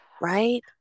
right